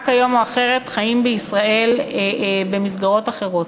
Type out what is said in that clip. כזו או אחרת חיים בישראל במסגרות אחרות.